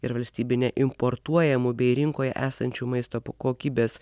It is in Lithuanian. ir valstybinę importuojamų bei rinkoje esančių maisto kokybės